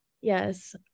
yes